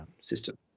system